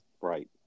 Right